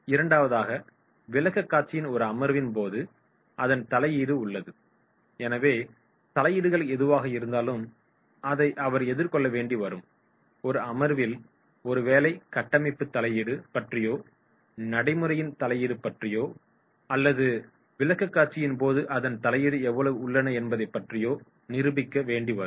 இரண்டாவதாக விளக்கக்காட்சியின் ஒரு அமர்வின் போது அதன் தலையீடு உள்ளது எனவே தலையீடுகள் எதுவாக இருந்தாலும் அதை அவர்கள் எதிர்கொள்ள வேண்டி வரும் ஒரு அமர்வில் ஒருவேளை கட்டமைப்பு தலையீடு பற்றியோ நடைமுறையின் தலையீடு பற்றியோ அல்லது விளக்கக்காட்சியின் போது அதன் தலையீடு எவ்வளவு உள்ளன என்பதை பற்றியோ நிரூபிக்க வேண்டி வரும்